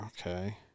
Okay